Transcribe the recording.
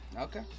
Okay